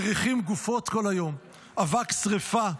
מריחים גופות כל היום, אבק שרפה.